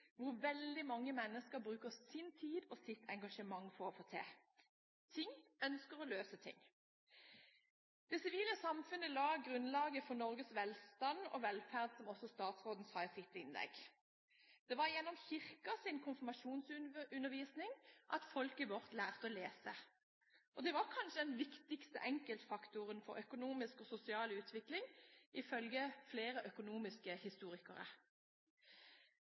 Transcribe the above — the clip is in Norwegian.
hvor veldig mange mennesker bruker sin tid og sitt engasjement for å få til ting de ønsker å løse. Det sivile samfunnet la grunnlaget for Norges velstand og velferd, som også statsråden sa i sitt innlegg. Det var gjennom Kirkens konfirmasjonsundervisning folket vårt lærte å lese. Det var kanskje den viktigste enkeltfaktoren for økonomisk og sosial utvikling, ifølge flere økonomiske historikere.